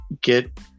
get